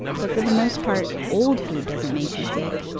but for the most part, old food doesn't make you sick.